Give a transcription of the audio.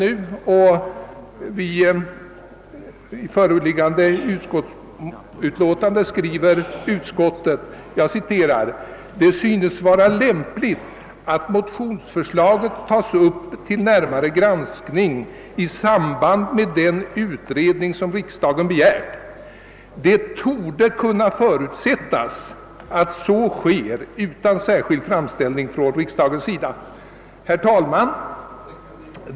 I föreliggande utlåtande skriver utskottet: »Det synes vara lämpligt att motionsförslaget tas upp till närmare granskning i samband med den utredning som riksdagen begärt. Det torde kunna förutsättas att så sker utan särskild framställning från riksdagens sida.» Herr talman!